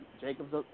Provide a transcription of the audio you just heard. Jacobs